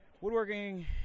Woodworking